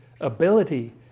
ability